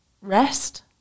rest